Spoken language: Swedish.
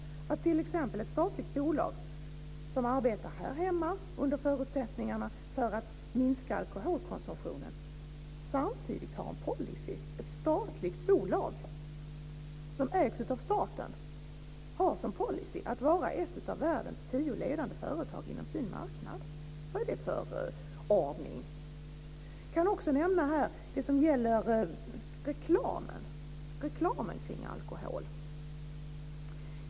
Vad är det för ordning att ett statligt bolag som arbetar här hemma under förutsättningarna att minska alkoholkonsumtionen samtidigt har som policy - alltså ett statligt bolag som ägs av staten - att vara ett av världens tio ledande företag inom sin marknad? Jag kan också nämna det som gäller reklamen kring alkohol.